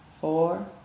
four